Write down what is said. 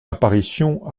apparition